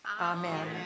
Amen